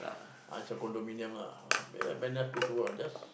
ah is a condominium lah